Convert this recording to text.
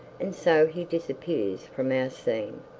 and so he disappears from our scene.